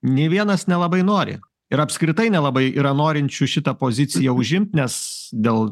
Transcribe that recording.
nei vienas nelabai nori ir apskritai nelabai yra norinčių šitą poziciją užimt nes dėl